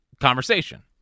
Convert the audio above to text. conversation